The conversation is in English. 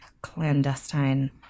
clandestine